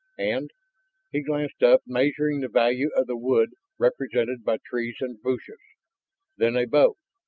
and he glanced up, measuring the value of the wood represented by trees and bushes then a bow.